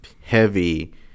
heavy